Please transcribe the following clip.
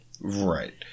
Right